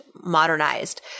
modernized